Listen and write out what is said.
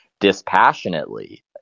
dispassionately